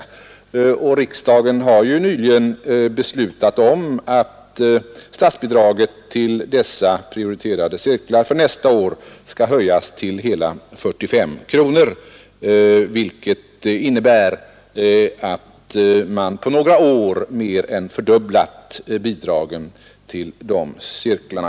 Riksdagen har nyligen beslutat att statsbidragen till dessa prioriterade cirklar för nästa år skall höjas till hela 45 kronor, vilket innebär att man på några år mer än fördubblat bidragen till de cirklarna.